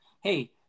hey